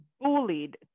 bullied